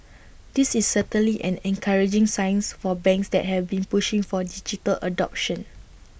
this is certainly an encouraging signs for banks that have been pushing for digital adoption